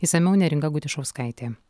išsamiau neringa gudišauskaitė